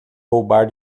roubar